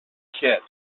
kit